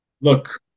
Look